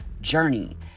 journey